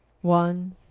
One